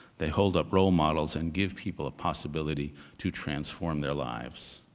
they hold up role models and give people a possibility to transform their lives.